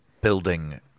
building